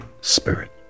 spirit